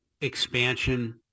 expansion